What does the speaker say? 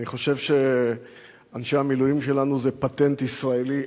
אני חושב שאנשי המילואים שלנו זה פטנט ישראלי.